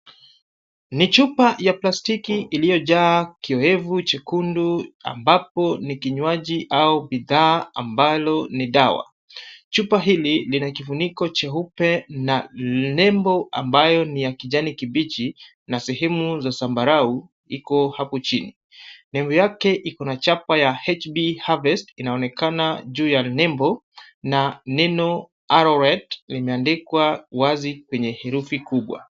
Ni chupa ya plastiki iliyojaa kioevu chekundu ambapo nikinywaji au bidhaa ambalo ni dawa. Chupa hili linakifuniko cheupe na lembo ambayo ni ya kijani kibichi na sehemu za sambarau iko hapo chini. Nembo yake iko na chapa ya HB Harvest, inaonekana juu ya nembo, na neno Arrow Red limeandikwa wazi kwenye herufi kubwa.